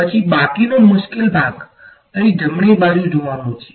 પછી બાકીનો મુશ્કેલ ભાગ અહીં જમણી બાજુ જોવાનો છે